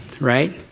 right